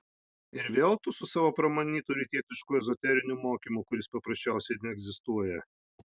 ir vėl tu su savo pramanytu rytietišku ezoteriniu mokymu kuris paprasčiausiai neegzistuoja